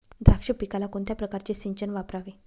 द्राक्ष पिकाला कोणत्या प्रकारचे सिंचन वापरावे?